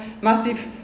massiv